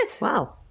Wow